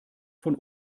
von